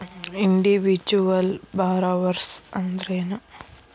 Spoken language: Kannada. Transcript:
ಇಂಡಿವಿಜುವಲ್ ಬಾರೊವರ್ಸ್ ಅಂದ್ರೇನು?